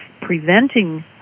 preventing